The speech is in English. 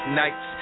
nights